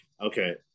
okay